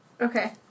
Okay